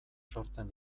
sortzen